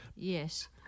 Yes